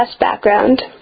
background